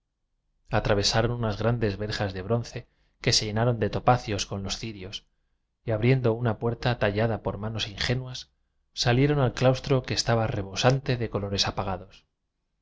atravesaron unas grandes verjas de bronce que se llenaron de topacios con los cirios y abriendo una puerta tallada por manos ingenuas salieron al claustro que estaba rebosante de colores apagados